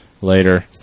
later